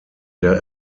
der